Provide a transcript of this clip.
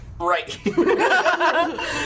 Right